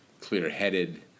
clear-headed